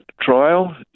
trial